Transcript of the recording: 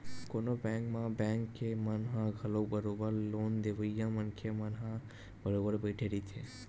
कोनो बेंक म बेंक के मन ह घलो बरोबर लोन देवइया मनखे मन ह बरोबर बइठे रहिथे